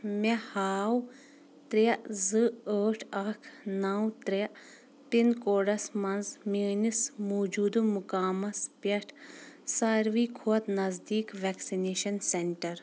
مےٚ ہاو ترٛےٚ زٕ ٲٹھ اَکھ نَو ترٛےٚ پِن کوڈس مَنٛز میٲنِس موٗجوٗدٕ مقامس پٮ۪ٹھ ساروِی کھۄتہٕ نزدیٖک ویکسِنیشن سینٹر